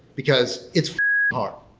because it's f hard.